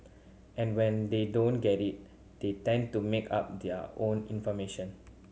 and when they don't get it they tend to make up their own information